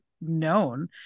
known